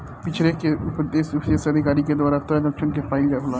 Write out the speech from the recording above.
बिछरे के उपदेस विशेष अधिकारी के द्वारा तय लक्ष्य क पाइल होला